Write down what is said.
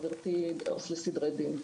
עובדת סוציאלית לסדרי דין.